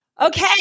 Okay